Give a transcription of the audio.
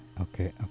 Okay